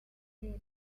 limb